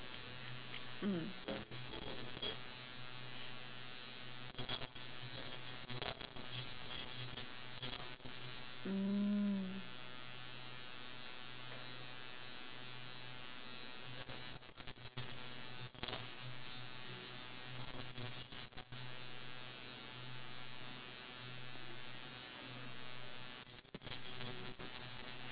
mm mm